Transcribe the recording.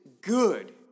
good